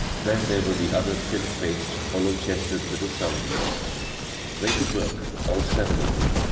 then there were the other thin-faced, hollow-chested little sullivans they could work, all seven of them,